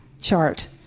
chart